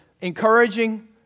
Encouraging